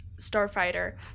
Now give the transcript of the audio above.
Starfighter